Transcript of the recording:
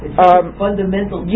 fundamental